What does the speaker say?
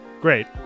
Great